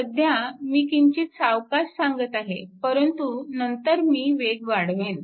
सध्या मी किंचित सावकाश सांगत आहे परंतु नंतर मी वेग वाढवेन